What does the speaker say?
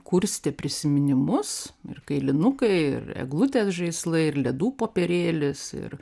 kurstė prisiminimus ir kailinukai ir eglutės žaislai ir ledų popierėlis ir